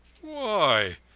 Why